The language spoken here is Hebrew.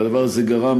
והדבר הזה גרם,